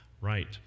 right